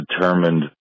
determined